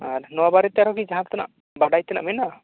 ᱟᱨ ᱱᱚᱶᱟ ᱵᱟᱨᱮ ᱟᱨᱚ ᱠᱤ ᱡᱟᱦᱟᱸᱛᱮᱱᱟᱜ ᱵᱟᱰᱟᱭ ᱛᱮᱱᱟᱜ ᱢᱮᱱᱟᱜᱼᱟ ᱟᱪᱪᱷᱟ